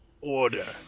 Order